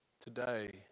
today